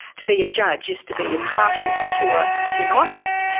to be a judge is to be impartial, the two are synonymous,